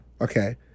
Okay